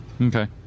okay